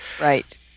right